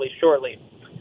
shortly